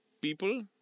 people